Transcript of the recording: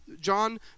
John